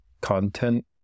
content